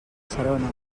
serona